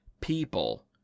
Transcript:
people